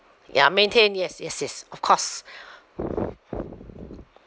ya maintain yes yes yes of course